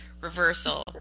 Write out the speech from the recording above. reversal